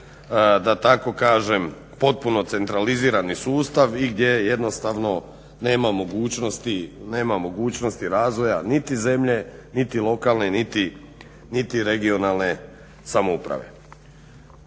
da tako kažem potpuno centralizirani sustav i gdje jednostavno nema mogućnosti razvoja zemlje niti lokalne niti regionalne samouprave.